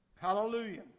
Hallelujah